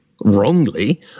wrongly